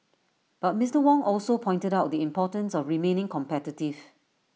but Mister Wong also pointed out the importance of remaining competitive